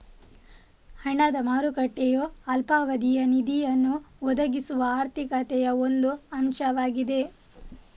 ಹಣದ ಮಾರುಕಟ್ಟೆಯು ಅಲ್ಪಾವಧಿಯ ನಿಧಿಯನ್ನು ಒದಗಿಸುವ ಆರ್ಥಿಕತೆಯ ಒಂದು ಅಂಶವಾಗಿದೆ